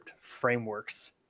frameworks